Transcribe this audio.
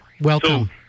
welcome